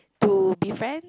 to prevent